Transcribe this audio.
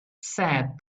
said